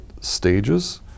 stages